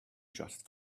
just